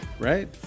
Right